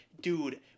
dude